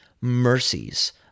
mercies